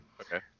Okay